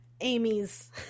Amy's